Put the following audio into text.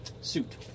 suit